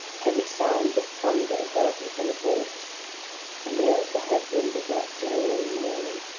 heavy sound of thunder heard within a vault and there is the head-wind of that january morning.